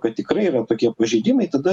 kad tikrai yra tokie pažeidimai tada